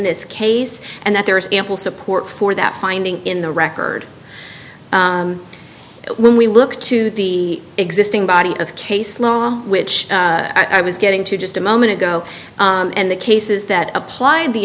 this case and that there is ample support for that finding in the record when we look to the existing body of case law which i was getting to just a moment ago and the cases that apply